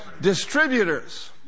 Distributors